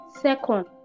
Second